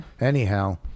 Anyhow